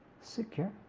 secure.